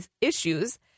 issues